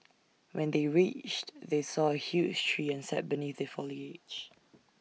when they reached they saw A huge tree and sat beneath the foliage